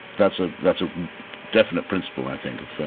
that's ah that's a definite principle i think of